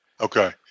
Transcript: Okay